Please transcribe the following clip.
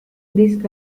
this